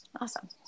Awesome